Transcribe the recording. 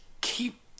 keep